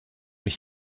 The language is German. mich